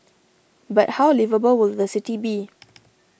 but how liveable will the city be